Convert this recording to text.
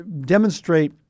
Demonstrate